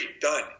Done